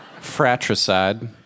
fratricide